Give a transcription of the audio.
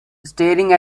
staring